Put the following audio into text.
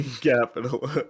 capital